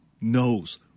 knows